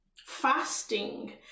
Fasting